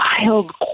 wild